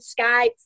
Skype